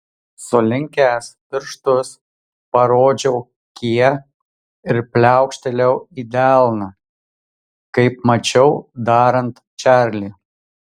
sulenkęs pirštus parodžiau k ir pliaukštelėjau į delną kaip mačiau darant čarlį